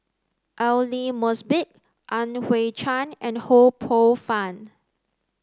Aidli Mosbit Yan Hui Chang and Ho Poh Fun